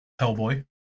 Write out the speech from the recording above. Hellboy